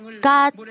God